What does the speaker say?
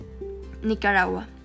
Nicaragua